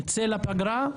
נצא לפגרה,